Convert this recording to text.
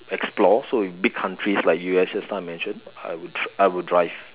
explore so in big countries like U_S just now I mentioned I would I would drive